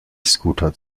scooter